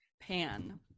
pan